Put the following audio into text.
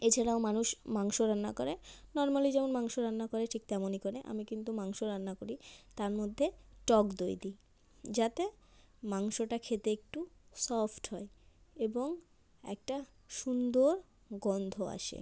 এছাড়াও মানুষ মাংস রান্না করে নরমালি যেমন মাংস রান্না করে ঠিক তেমনই করে আমি কিন্তু মাংস রান্না করি তার মধ্যে টক দই দিই যাতে মাংসটা খেতে একটু সফ্ট হয় এবং একটা সুন্দর গন্ধ আসে